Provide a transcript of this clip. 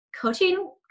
coaching